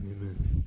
Amen